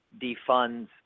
defunds